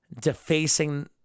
defacing